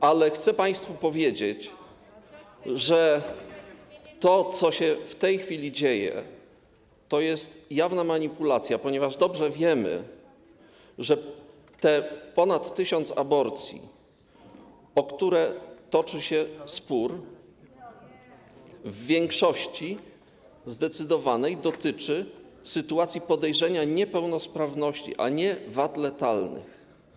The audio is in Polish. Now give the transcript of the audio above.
Cicho! ...ale chcę państwu powiedzieć, że to, co się w tej chwili dzieje, to jest jawna manipulacja, ponieważ dobrze wiemy, że te ponad tysiąc aborcji, o które toczy się spór, w zdecydowanej większości dotyczy sytuacji podejrzenia niepełnosprawności, a nie wad letalnych.